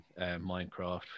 Minecraft